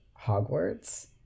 hogwarts